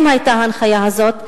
אם היתה הנחיה כזאת,